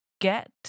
get